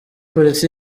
polisi